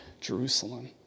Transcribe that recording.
Jerusalem